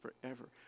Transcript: forever